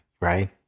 right